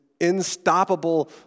unstoppable